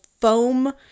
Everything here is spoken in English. foam